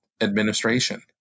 administration